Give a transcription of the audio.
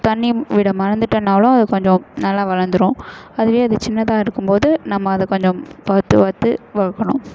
தண்ணி விட மறந்துட்டேன்னாலும் அது கொஞ்சம் நல்லா வளர்ந்துரும் அதுவே அது சின்னதாக இருக்கும்போது நம்ம அதை கொஞ்சம் பார்த்து பார்த்து வளர்க்கணும்